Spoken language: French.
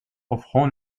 offrant